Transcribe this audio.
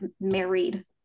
married